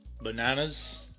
bananas